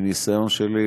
מניסיון שלי,